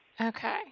Okay